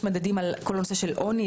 יש מדדים על כל הנושא של עוני,